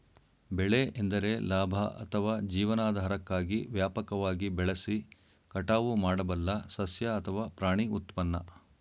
ಬೆಳೆ ಎಂದರೆ ಲಾಭ ಅಥವಾ ಜೀವನಾಧಾರಕ್ಕಾಗಿ ವ್ಯಾಪಕವಾಗಿ ಬೆಳೆಸಿ ಕಟಾವು ಮಾಡಬಲ್ಲ ಸಸ್ಯ ಅಥವಾ ಪ್ರಾಣಿ ಉತ್ಪನ್ನ